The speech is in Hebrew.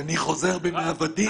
אני חוזר בי מהמילה "עבדים",